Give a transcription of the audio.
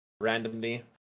randomly